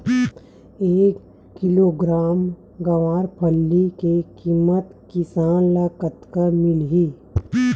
एक किलोग्राम गवारफली के किमत किसान ल कतका मिलही?